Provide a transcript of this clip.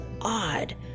odd